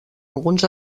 alguns